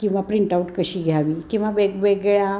किंवा प्रिंटआउट कशी घ्यावी किंवा वेगवेगळ्या